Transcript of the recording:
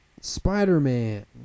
Spider-Man